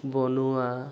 বনোৱা